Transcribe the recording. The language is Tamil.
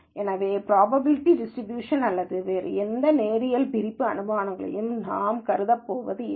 எனவே ப்ராபபிலிட்டி டிஸ்டரிபியூஷன் அல்லது வேறு எந்த நேரியல் பிரிப்பு அனுமானங்களையும் நாம் கருதப்போவதில்லை